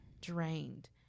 drained